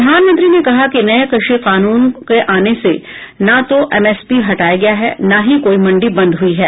प्रधानमंत्री ने कहा कि नये कृषि कानून आने से न तो एमएसपी हटाया गया है न ही कोई मंडी बंद हुई है